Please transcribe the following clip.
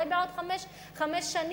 אולי בעוד חמש שנים,